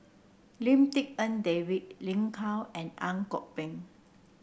Lim Tik En David Lin Gao and Ang Kok Peng